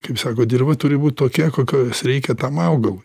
kaip sako dirva turi būt tokia kokios reikia tam augalui